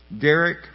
Derek